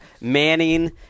Manning